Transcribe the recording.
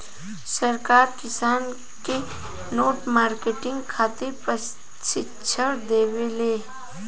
सरकार किसान के नेट मार्केटिंग खातिर प्रक्षिक्षण देबेले?